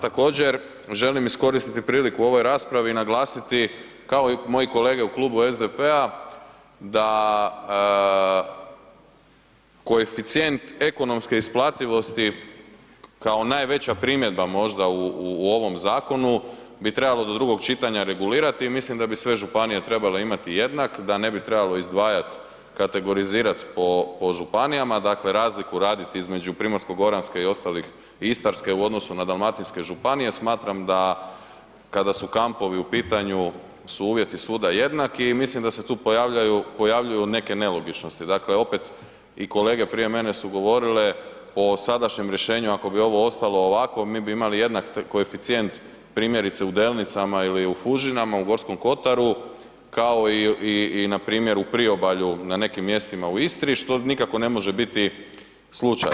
Također želim iskoristiti priliku u ovoj raspravi i naglasiti kao i moji kolege u Klubu SDP-a da koeficijent ekonomske isplativosti kao najveća primjedba možda u, u ovom zakonu bi trebalo do drugog čitanja regulirati i mislim da bi sve županije trebale imati jednak, da ne bi trebalo izdvajat, kategorizirat po, po županijama, dakle razliku raditi između Primorsko-goranske i ostalih i Istarske u odnosu na dalmatinske županije, smatram da kada su kampovi u pitanju su uvjeti svuda jednaki i mislim da se tu pojavljuju neke nelogičnosti, dakle opet i kolege prije mene su govorile po sadašnjem rješenju ako bi ovo ostalo ovako mi bi imali jednak koeficijent primjerice u Delnicama ili u Fužinama, u Gorskom Kotaru kao i, i, i npr. u Priobalju na nekim mjestima u Istri, što nikako ne može biti slučaj.